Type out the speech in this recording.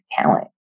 talent